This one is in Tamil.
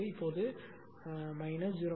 இப்போது மைனஸ் 0